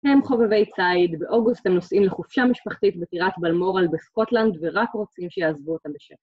הם חובבי צייד, באוגוסט הם נוסעים לחופשה משפחתית בטירת בלמורל בסקוטלנד ורק רוצים שיעזבו אותם בשקט.